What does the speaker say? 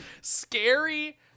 scary